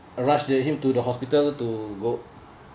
I rushed to him to the hospital to go